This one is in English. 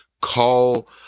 call